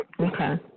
Okay